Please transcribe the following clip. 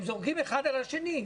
הם זורקים אחד על השני.